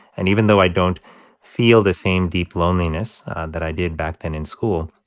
and even though i don't feel the same deep loneliness that i did back then in school,